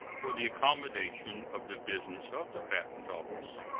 for the accommodation of the business of the patent office.